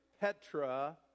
Petra